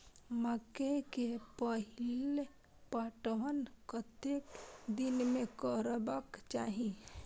मकेय के पहिल पटवन कतेक दिन में करबाक चाही?